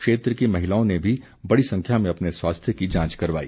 क्षेत्र की महिलाओं ने भी बड़ी संख्या में अपने स्वास्थ्य की जांच करवाई